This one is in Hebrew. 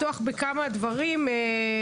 בכנסת ה-20,